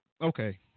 okay